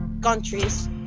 countries